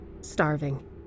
starving